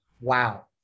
wow